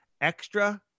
extra